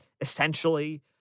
Essentially